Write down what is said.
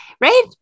Right